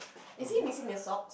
is he missing a sock